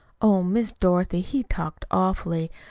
oh, miss dorothy, he talked awfully.